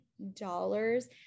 dollars